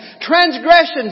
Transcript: Transgressions